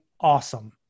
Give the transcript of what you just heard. awesome